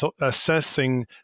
assessing